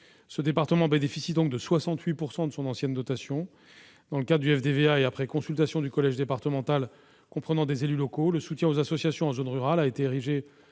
Ce département bénéficie donc de 68 % de son ancienne dotation. Dans le cadre du FDVA, et après consultation du collège départemental comprenant des élus locaux, le soutien aux associations en zone rurale a été érigé